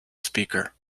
speaker